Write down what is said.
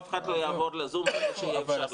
אף אחד לא יעבור לזום ברגע שיהיה אפשר --- אבל,